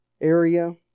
area